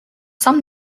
some